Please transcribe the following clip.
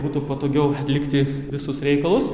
būtų patogiau atlikti visus reikalus